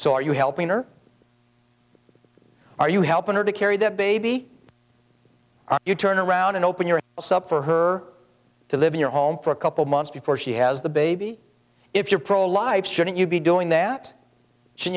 so are you helping or are you helping her to carry that baby you turn around and open your for her to live in your home for a couple months before she has the baby if you're pro life shouldn't you be doing that